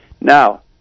Now